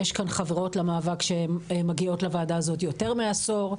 יש כאן חברות למאבק שמגיעות לוועדה הזאת יותר מעשור,